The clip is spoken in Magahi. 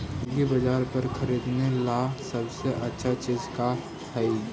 एग्रीबाजार पर खरीदने ला सबसे अच्छा चीज का हई?